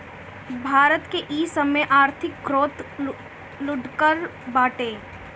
भारत के इ समय आर्थिक ग्रोथ लुढ़कल बाटे